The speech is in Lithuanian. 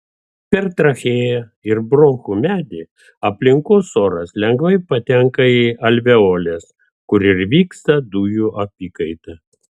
per trachėją ir bronchų medį aplinkos oras lengvai patenka į alveoles kur ir vyksta dujų apykaita